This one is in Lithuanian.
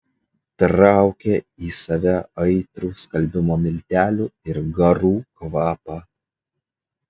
traukė į save aitrų skalbimo miltelių ir garų kvapą